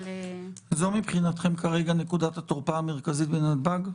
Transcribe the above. זו מבחינתכם כרגע נקודת התורפה המרכזית בנתב"ג?